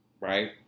right